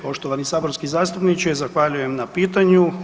Poštovani sa saborski zastupniče zahvaljujem na pitanju.